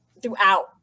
throughout